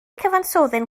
cyfansoddyn